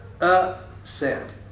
upset